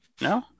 No